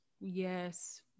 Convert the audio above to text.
Yes